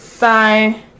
Bye